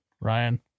Ryan